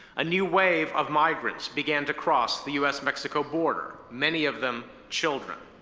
a new wave of migrants began to cross the us-mexico border, many of them children.